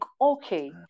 okay